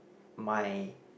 my